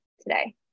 today